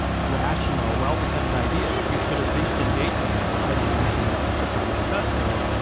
rational, well-defended ideas we should at least engage with them. now i don't know anything about this current manifesto.